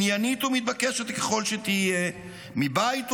עניינית ומתבקשת ככל שתהיה, מבית ומחוץ,